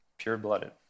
pure-blooded